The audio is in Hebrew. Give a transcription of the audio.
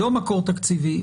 לא מקור תקציבי,